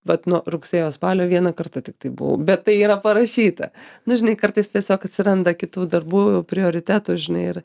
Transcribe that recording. vat nuo rugsėjo spalio vieną kartą tiktai buvau bet tai yra parašyta nu žinai kartais tiesiog atsiranda kitų darbų prioritetų žinai ir